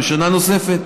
בשנה נוספת,